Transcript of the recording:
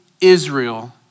Israel